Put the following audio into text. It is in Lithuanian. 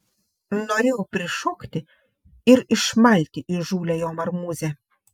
norėjau prišokti ir išmalti įžūlią jo marmūzę